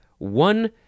One